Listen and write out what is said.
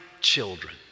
children